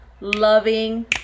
loving